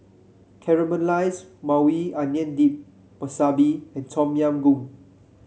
Caramelized Maui Onion Dip Wasabi and Tom Yam Goong